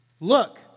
Look